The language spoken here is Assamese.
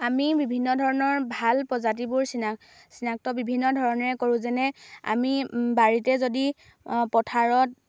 আমি বিভিন্ন ধৰণৰ ভাল প্ৰজাতিবোৰ চিনা চিনাক্ত বিভিন্ন ধৰণেৰে কৰোঁ যেনে আমি বাৰীতে যদি পথাৰত